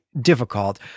difficult